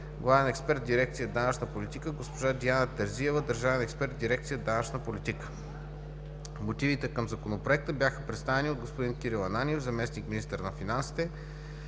главен експерт в Дирекция „Данъчна политика“, госпожа Диана Терзиева – държавен експерт в Дирекция „Данъчна политика“ Мотивите към законопроекта бяха представени от господин Кирил Ананиев – зам.-министър на финансите.